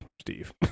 Steve